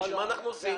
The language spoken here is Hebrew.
לשם מה אנחנו עושים?